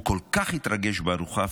הוא כל כך התרגש בארוחה,